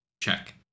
Check